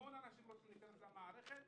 הרבה אנשים רוצים להיכנס למערכת,